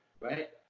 right